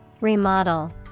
Remodel